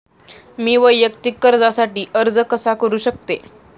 मी वैयक्तिक कर्जासाठी अर्ज कसा करु शकते?